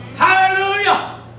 Hallelujah